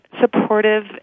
supportive